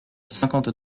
cinquante